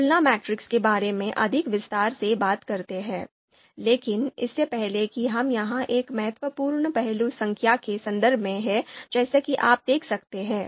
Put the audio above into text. तुलना मैट्रिक्स के बारे में अधिक विस्तार से बात करते हैं लेकिन इससे पहले कि हम यहाँ एक महत्वपूर्ण पहलू संख्या के संदर्भ में हैं जैसा कि आप देख सकते हैं